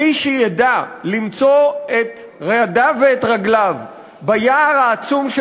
מי שידע למצוא את ידיו ואת רגליו ביער העצום של